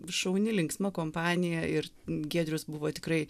šauni linksma kompanija ir giedrius buvo tikrai